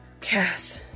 Cass